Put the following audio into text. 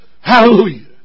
Hallelujah